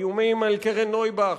האיומים על קרן נויבך,